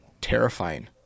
terrifying